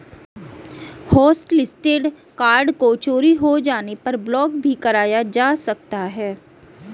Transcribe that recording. hotlisted card को चोरी हो जाने पर ब्लॉक भी कराया जा सकता है